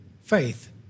faith